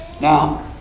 Now